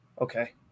okay